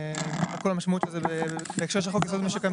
כל המשמעות הזה בהקשר של חוק-יסוד משק המדינה.